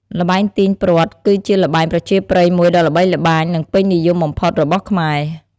ល្បែងទាញព្រ័ត្រ គឺជាល្បែងប្រជាប្រិយមួយដ៏ល្បីល្បាញ និងពេញនិយមបំផុតរបស់ខ្មែរ។